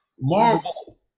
Marvel